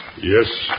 Yes